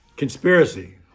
Conspiracy